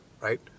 right